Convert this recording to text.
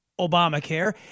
Obamacare